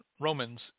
Romans